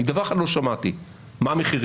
אני דבר אחד לא שמעתי, מה המחירים?